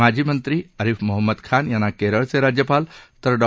माजी मंत्री आरिफ मोहम्मद खान यांना केरळचे राज्यपाल तर डॉ